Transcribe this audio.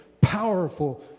powerful